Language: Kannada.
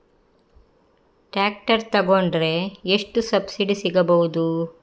ಟ್ರ್ಯಾಕ್ಟರ್ ತೊಕೊಂಡರೆ ಎಷ್ಟು ಸಬ್ಸಿಡಿ ಸಿಗಬಹುದು?